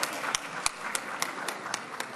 (מחיאות כפיים)